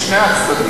את שני הצדדים,